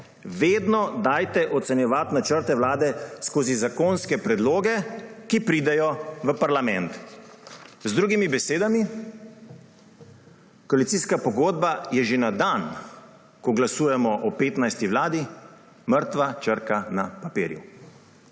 »Vedno dajte ocenjevati načrte Vlade skozi zakonske predloge, ki pridejo v parlament.« Z drugimi besedami: koalicijska pogodba je že na dan, ko glasujemo o 15. vladi, mrtva črka na papirju.